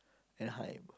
Anaheim